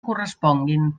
corresponguin